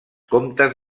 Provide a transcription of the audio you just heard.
comtes